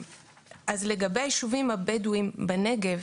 אז לגבי הישובים הבדואים בנגב,